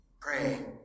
pray